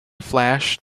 flash